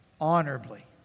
honorably